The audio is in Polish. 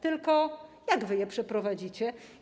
Tylko jak wy je przeprowadzicie?